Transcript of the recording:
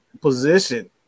position